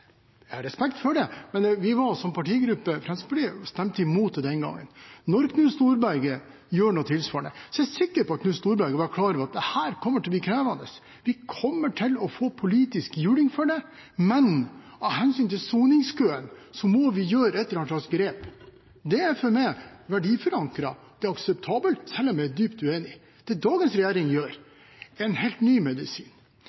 Jeg har respekt for det, men Fremskrittspartiet stemte imot det den gangen. Da Knut Storberget gjorde noe tilsvarende, er jeg sikker på at han var klar over at dette kom til å bli krevende, og at de kom til å få politisk juling for det, men at de av hensyn til soningskøene måtte gjøre et eller annet grep. Det er for meg verdiforankret. Det er akseptabelt, selv om jeg er dypt uenig. Det dagens regjering gjør, er en helt ny medisin.